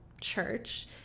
church